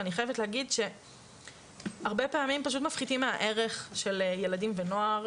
ואני חייבת להגיד שהרבה פעמים פשוט מפחיתים מהערך של ילדים ונוער.